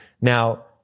Now